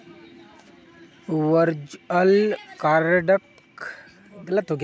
virtual कार्डक ग्राहकेर आवेदनेर पर बैंकेर द्वारा बनाल जा छेक